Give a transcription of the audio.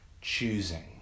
choosing